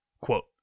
Quote